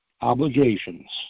obligations